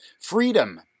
Freedom